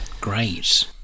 Great